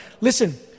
Listen